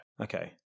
Okay